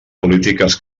polítiques